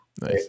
Nice